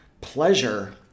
pleasure